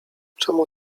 czemu